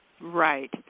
Right